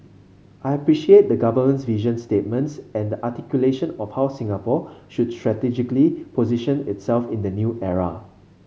I appreciate the government's vision statements and the articulation of how Singapore should strategically position itself in the new era